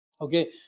Okay